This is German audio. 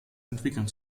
entwickeln